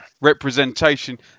representation